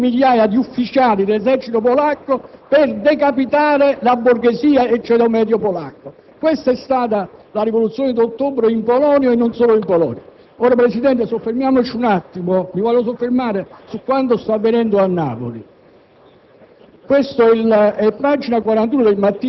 furono uccisi e massacrati decine di migliaia di ufficiali dell'esercito polacco per decapitare la borghesia e il ceto medio polacco. Questa è stata la Rivoluzione d'ottobre in Polonia e non solo in Polonia. Ora, Presidente, voglio soffermarmi su quanto sta avvenendo a Napoli.